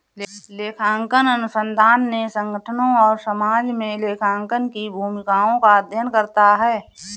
लेखांकन अनुसंधान ने संगठनों और समाज में लेखांकन की भूमिकाओं का अध्ययन करता है